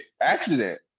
Accident